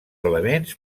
elements